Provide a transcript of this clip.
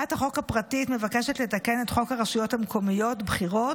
הצעת החוק הפרטית מבקשת לתקן את חוק הרשויות המקומיות (בחירות)